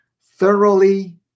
thoroughly